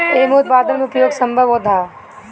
एमे उत्पादन में उपयोग संभव होत हअ